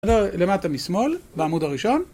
למטה משמאל, בעמוד הראשון